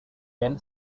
given